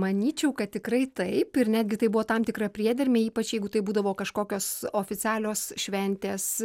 manyčiau kad tikrai taip ir netgi tai buvo tam tikra priedermė ypač jeigu tai būdavo kažkokios oficialios šventės